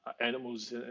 animals